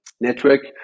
network